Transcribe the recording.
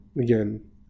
again